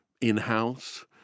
in-house